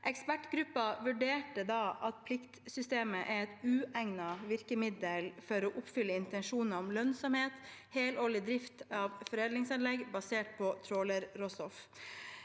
Ekspertgruppen vurderte da at pliktsystemet er et uegnet virkemiddel for å oppfylle intensjonen om lønnsom helårlig drift av foredlingsanlegg basert på trålerråstoff.